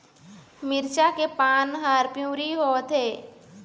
मिरचा के पान हर पिवरी होवथे?